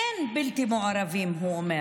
אין בלתי מעורבים, הוא אומר.